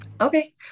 Okay